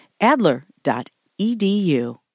Adler.edu